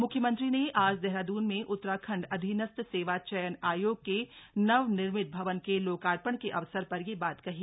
मुख्यमंत्री ने आज देहरादून में उत्तराखण्ड अधीनस्थ सेवा चयन आयोग के नवनिर्मित भवन के लोकार्पण के अवसर पर यह बात कही